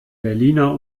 berliner